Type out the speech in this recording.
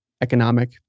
economic